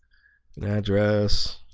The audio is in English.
an address